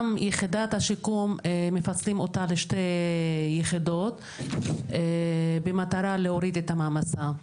גם יחידת השיקום מפצלים לשתי יחידות במטרה להוריד את המעמסה.